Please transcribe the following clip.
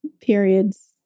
periods